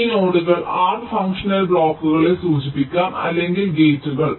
ഈ നോഡുകൾ r functional ബ്ലോക്കുകളെ സൂചിപ്പിക്കാം അല്ലെങ്കിൽ ഗേറ്റുകൾ